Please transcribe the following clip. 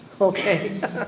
Okay